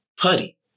putty